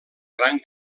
gran